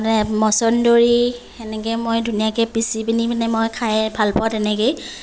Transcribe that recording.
মছন্দৰী সেনেকে মই ধুনীয়াকে পিচি পিনি মানে মই খায়েই ভালপাওঁ তেনেকেই